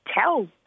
tell